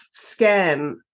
scam